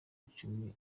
icumi